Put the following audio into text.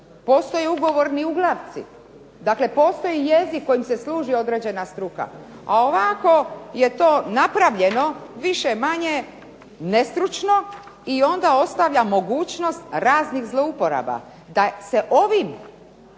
postoje ugovorni uglavci, dakle postoji jezik kojim se služi određena struka, a ovako je to napravljeno više-manje nestručno i onda ostavlja mogućnost raznih zlouporaba, da se ovim